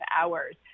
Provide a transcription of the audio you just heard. hours